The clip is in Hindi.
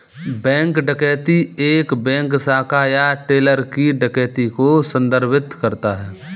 बैंक डकैती एक बैंक शाखा या टेलर की डकैती को संदर्भित करता है